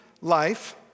life